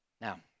Now